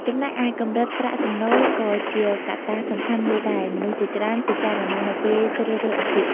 ចំណែកឯកម្រិតប្រាក់ចំណូលក៏ជាកត្តាសំខាន់មួយដែលមនុស្សជាច្រើនពិចារណានៅពេលជ្រើសរើសអាជីព។